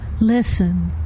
Listen